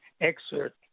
excerpt